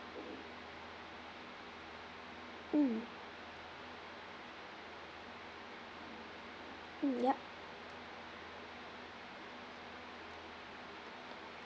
mm mm yup